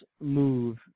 move